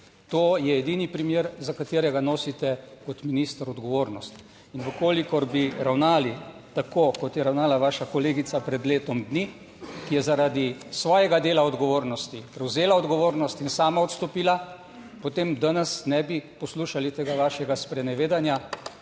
To je edini primer za katerega nosite kot minister odgovornost. In v kolikor bi ravnali tako kot je ravnala vaša kolegica pred letom dni, ki je zaradi svojega dela odgovornosti prevzela odgovornost in sama odstopila potem danes ne bi poslušali tega vašega sprenevedanja,